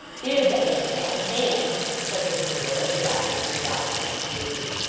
is a animal. and said mr willet, arriving at his logical conclusion,